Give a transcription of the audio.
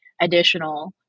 additional